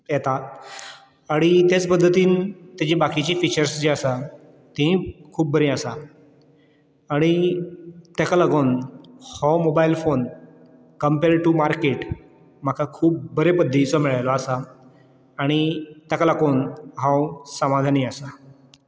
येतात आनी तेच पद्दतीन तेजी बाकीची फिचर्स जीं आसा तीं खूब बरीं आसा आनी तेका लागोन हो mobile phone compare to market म्हाका खूब बरे पद्दतीचो मेयळेळो आसा आणी ताका लागून हांव समादानी आसा